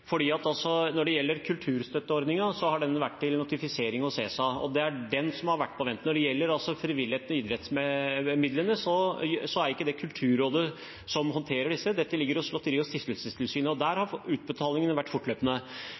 Når det gjelder kulturstøtteordningen, har den vært til notifisering i ESA. Det er den som har vært på vent. Når det gjelder frivilligheten i forbindelse med idrettsmidlene, er det ikke Kulturrådet som håndterer disse. Dette ligger hos Lotteri- og stiftelsestilsynet, og der har utbetalingene gått fortløpende.